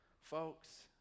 Folks